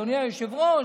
אדוני היושב-ראש,